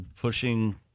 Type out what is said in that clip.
pushing